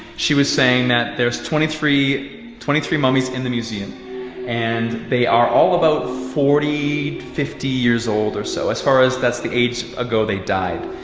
she was saying that there's twenty three twenty three mummies in the museum and they are all about forty or fifty years old or so as far as that's the age ago they died.